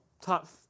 top